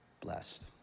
blessed